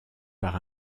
par